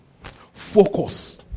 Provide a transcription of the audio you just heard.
Focus